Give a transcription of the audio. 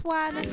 one